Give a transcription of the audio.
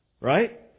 right